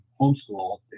homeschool